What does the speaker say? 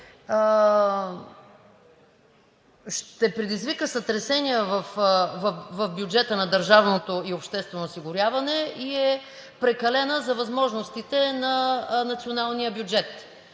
ще предизвика сътресения в бюджета на държавното обществено осигуряване и е прекалена за възможностите на националния бюджет.